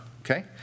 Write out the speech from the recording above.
okay